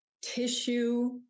tissue